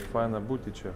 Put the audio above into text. faina būti čia